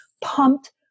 pumped